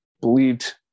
believed